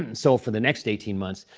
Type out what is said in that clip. and so for the next eighteen months,